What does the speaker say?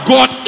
God